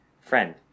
Friend